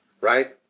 Right